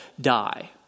die